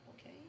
okay